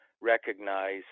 Recognize